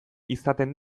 izaten